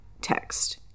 text